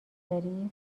داری